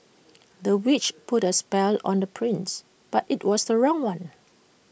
the witch put A spell on the prince but IT was the wrong one